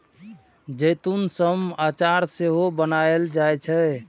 जैतून सं अचार सेहो बनाएल जाइ छै